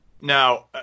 Now